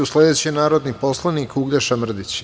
Sledeći je narodni poslanik Uglješa Mrdić.